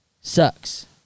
Sucks